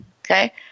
Okay